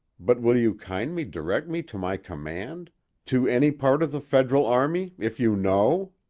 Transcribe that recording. but will you kindly direct me to my command to any part of the federal army if you know?